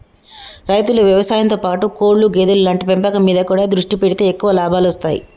రైతులు వ్యవసాయం తో పాటు కోళ్లు గేదెలు లాంటి పెంపకం మీద కూడా దృష్టి పెడితే ఎక్కువ లాభాలొస్తాయ్